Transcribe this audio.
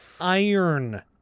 Iron